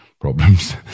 problems